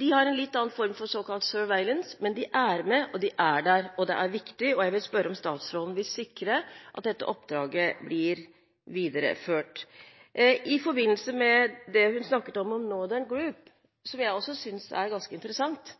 De har en litt annen form for såkalt «surveillance», men de er med. De er der, og det er viktig. Jeg vil spørre om statsråden vil sikre at dette oppdraget blir videreført. I forbindelse med det hun snakket om om Northern Group, som jeg også synes er ganske interessant,